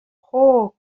خوب